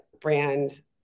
brand